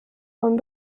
von